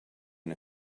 and